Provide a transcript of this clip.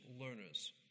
learners